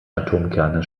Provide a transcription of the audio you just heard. atomkerne